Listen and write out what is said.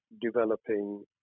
developing